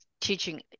teaching